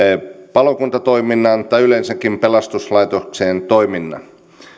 palokuntatoiminnan tai yleensäkin pelastuslaitoksien toiminnan